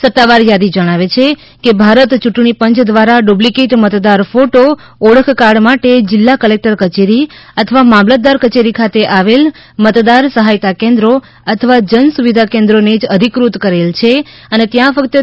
સત્તાવાર થાદી જણાવે છે કે ભારત યુંટણીપંય દ્વારા ડુપ્લીકેટ મતદાર ફોટો ઓળખકાર્ડ માટે જિલ્લા કલેક્ટર કચેરી અથવા મામલતદાર કચેરી ખાતે આવેલ મતદાર સહાયતા કેન્દ્રો અથવા જન સુવિધા કેન્દ્રો ને જ અધિકૃત કરેલ છે અને ત્યાં ફક્ત રૂ